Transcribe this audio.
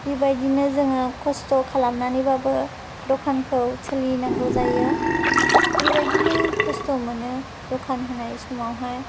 बेबायदिनो जोङो खस्थ' खालामनानैबाबो दखानखौ सोलिनांगौ जायो बेबायदिनो खस्थ' मोनो दखान होनाय समावहाय